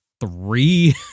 three